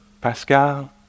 Pascal